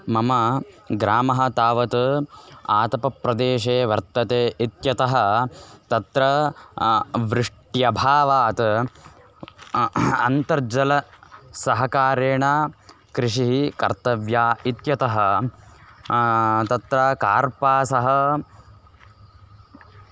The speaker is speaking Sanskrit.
मम ग्रामः तावत् आतपप्रदेशे वर्तते इत्यतः तत्र वृष्ट्यभावात् अन्तर्जलसहकारेण कृषिः कर्तव्या इत्यतः तत्र कार्पासः